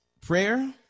prayer